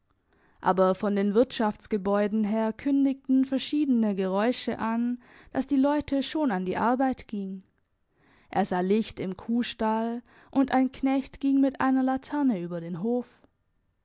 aber von den wirtschaftsgebäuden her kündigten verschiedene geräusche an dass die leute schon an die arbeit gingen er sah licht im kuhstall und ein knecht ging mit einer laterne über den hof